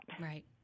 Right